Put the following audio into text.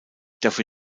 dafür